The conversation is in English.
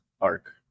arc